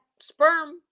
sperm